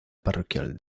parroquial